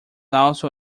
also